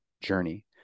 journey